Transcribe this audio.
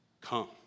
come